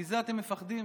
מזה אתם מפחדים?